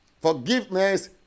Forgiveness